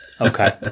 Okay